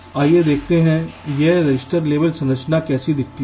आइए देखते हैं कि यह रजिस्टर लेवल संरचना कैसी दिखती है